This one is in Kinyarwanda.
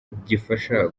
gifasha